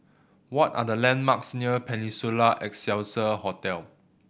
what are the landmarks near Peninsula Excelsior Hotel